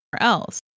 else